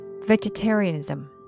Vegetarianism